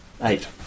Eight